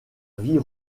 vie